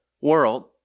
world